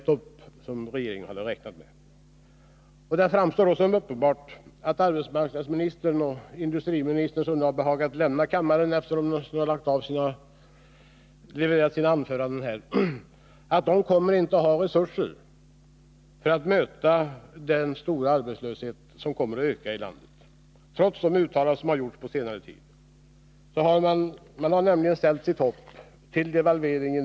ämnt upp, som regeringen hade räknat Det framstår som uppenbart att arbetsmarknadsministern och industriministern — som nu har behagat lämna kammaren sedan de levererat sina anföranden — inte kommer att ha resurser för att möta den stigande arbetslösheten i landet, trots de uttalanden som har gjorts på senare tid. Man har nämligen ställt sitt hopp till devalveringen.